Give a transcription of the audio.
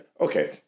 okay